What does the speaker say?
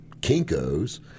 Kinko's